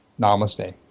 Namaste